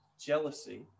Jealousy